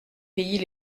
pays